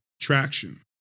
traction